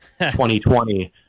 2020